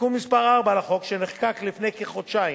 בתיקון מס' 4 לחוק, שנחקק לפני כחודשיים,